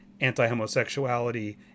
anti-homosexuality